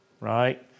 right